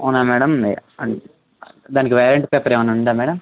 అవునా మేడం దానికి warranty paper ఏమన్న ఉందా మేడం